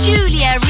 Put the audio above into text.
Julia